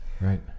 Right